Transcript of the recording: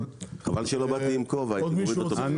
חבל שלא באתי עם כובע, הייתי מוריד אותו בפניך.